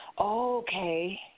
Okay